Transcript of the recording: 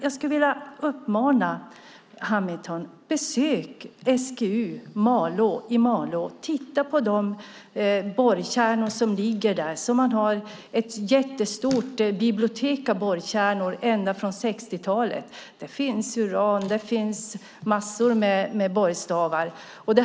Jag skulle vilja uppmana Hamilton att besöka SGU i Malå och titta på de borrkärnor som ligger där. Där finns ett jättestort bibliotek med borrkärnor ända från 60-talet. Där finns uran, där finns massor med borrstavar.